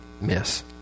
miss